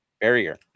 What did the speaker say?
barrier